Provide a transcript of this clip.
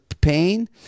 pain